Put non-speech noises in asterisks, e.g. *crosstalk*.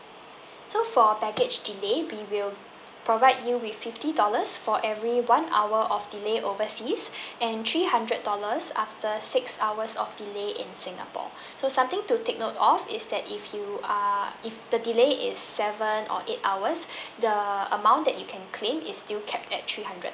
so for baggage delay we will provide you with fifty dollars for every one hour of delay overseas and three hundred dollars after six hours of delay in singapore so something to take note of is that if you are if the delay is seven or eight hours *breath* the amount that you can claim is still cap at three hundred